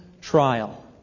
trial